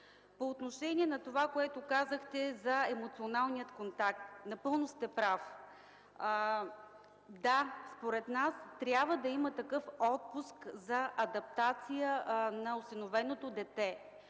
По отношение на емоционалния контакт, напълно сте прав! Да, според нас трябва да има такъв отпуск за адаптация на осиновеното дете